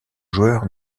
joueur